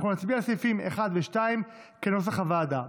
אנחנו נצביע על סעיפים 1 ו-2 כנוסח הוועדה.